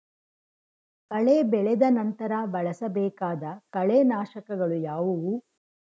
ಕಳೆ ಬೆಳೆದ ನಂತರ ಬಳಸಬೇಕಾದ ಕಳೆನಾಶಕಗಳು ಯಾವುವು?